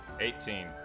Eighteen